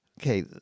okay